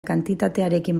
kantitatearekin